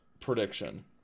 prediction